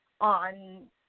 on